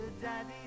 daddy